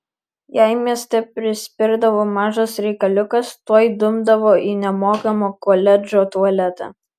jei mieste prispirdavo mažas reikaliukas tuoj dumdavo į nemokamą koledžo tualetą